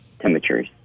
temperatures